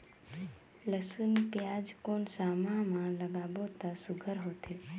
लसुन पियाज कोन सा माह म लागाबो त सुघ्घर होथे?